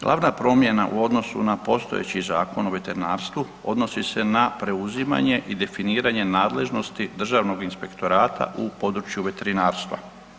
Glavna promjena u odnosu na postojeću Zakon o veterinarstvu odnosi se na preuzimanje i definiranje nadležnosti državnog inspektorata u području veterinarstva.